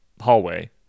hallway